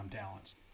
talents